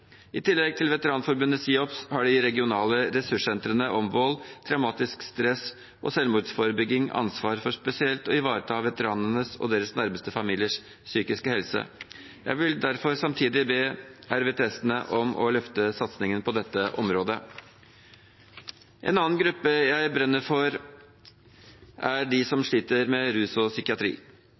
I tillegg til Veteranforbundet SIOPS har de regionale ressurssentrene om vold, traumatisk stress og selvmordsforebygging ansvar for spesielt å ivareta veteranenes og deres nærmeste families psykiske helse. Jeg vil derfor samtidig be RVTS-ene om å løfte satsingen på dette området. En annen gruppe jeg brenner for, er de som sliter med rus og psykiatri.